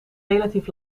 relatief